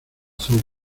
azul